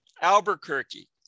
Albuquerque